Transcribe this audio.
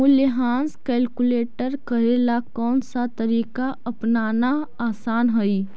मूल्यह्रास कैलकुलेट करे ला कौनसा तरीका अपनाना आसान हई